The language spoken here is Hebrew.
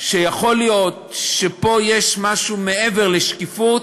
שיכול להיות שפה יש משהו מעבר לשקיפות,